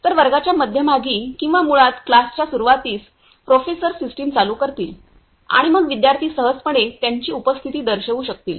तर वर्गाच्या मध्यभागी किंवा मुळात क्लासच्या सुरूवातीस प्रोफेसर सिस्टम चालू करतील आणि मग विद्यार्थी सहजपणे त्यांची उपस्थिती दर्शवू शकतील